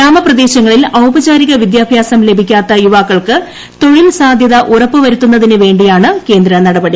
ഗ്രാമപ്രദേശങ്ങളിൽ ഔപചാരിക വിദ്യാഭ്യാസം ലഭിക്കാത്ത യുവാക്കൾക്ക് തൊഴിൽ സാധ്യത ഉറപ്പ് വരുത്തുന്നതിനു വേണ്ടിയാണ് കേന്ദ്ര നടപടി